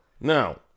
Now